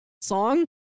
song